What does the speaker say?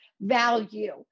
value